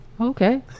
Okay